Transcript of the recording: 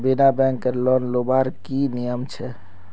बिना बैंकेर लोन लुबार की नियम छे?